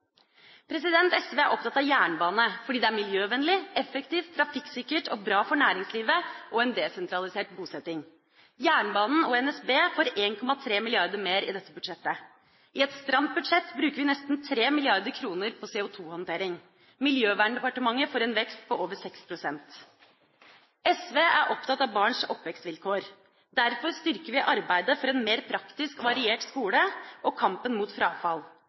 SV er opptatt av jernbane, fordi det er miljøvennlig, effektivt, trafikksikkert og bra for næringslivet og en desentralisert bosetting. Jernbanen og NSB får 1,3 mrd. kr mer i dette budsjettet. I et stramt budsjett bruker vi nesten 3 mrd. kr på CO2-håndtering. Miljøverndepartementet får en vekst på over 6 pst. SV er opptatt av barns oppvekstvilkår. Derfor styrker vi arbeidet for en mer praktisk og variert skole, og kampen mot frafall.